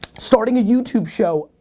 starting a youtube show.